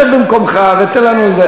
שב במקומך ותן לנו,